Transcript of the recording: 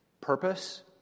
Purpose